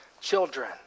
children